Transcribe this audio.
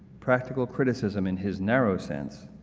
practical criticism in his narrow sense,